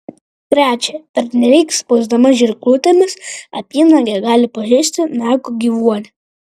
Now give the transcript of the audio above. trečia pernelyg spausdama žirklutėmis apynagę gali pažeisti nago gyvuonį